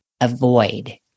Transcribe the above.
avoid